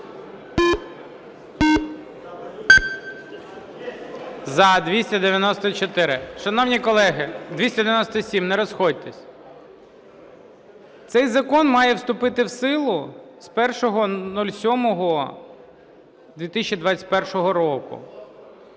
За – 294. Шановні колеги, 297, не розходьтесь. Цей закон має вступити в силу з 1.07.2021 року.